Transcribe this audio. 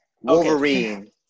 Wolverine